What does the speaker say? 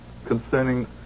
concerning